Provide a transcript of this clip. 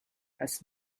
has